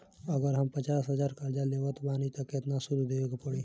अगर हम पचास हज़ार कर्जा लेवत बानी त केतना सूद देवे के पड़ी?